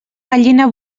gallina